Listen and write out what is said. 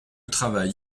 travail